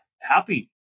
happy